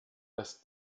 dass